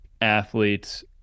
athletes